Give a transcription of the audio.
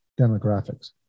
demographics